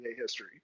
history